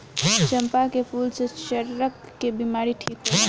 चंपा के फूल से चरक के बिमारी ठीक होला